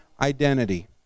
identity